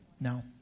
No